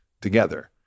together